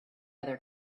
other